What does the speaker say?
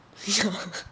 ya